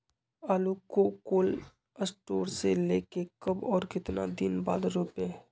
आलु को cold store से ले के कब और कितना दिन बाद रोपे?